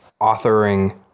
authoring